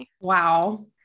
Wow